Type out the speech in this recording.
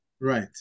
Right